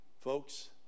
Folks